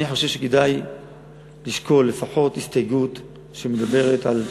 אני חושב שכדאי לשקול לפחות הסתייגות שמדברת על שבועיים,